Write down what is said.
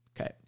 Okay